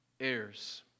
heirs